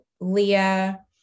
Leah